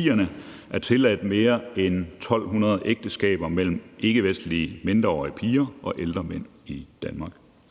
2010'erne er tilladt mere end 1.200 ægteskaber mellem ikkevestlige mindreårige piger og ældre mænd i Danmark.